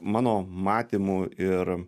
mano matymu ir